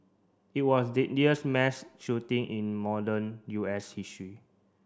it was deadliest mass shooting in modern U S history